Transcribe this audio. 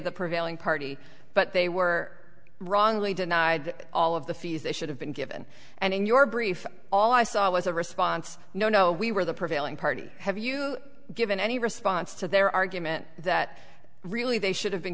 the prevailing party but they were wrongly denied all of the fees they should have been given and in your brief all i saw was a response no no we were the prevailing party have you given any response to their argument that really they should have been